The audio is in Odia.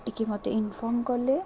ଟିକେ ମୋତେ ଇନଫର୍ମ କଲେ